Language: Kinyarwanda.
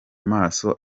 maso